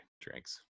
drinks